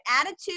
Attitude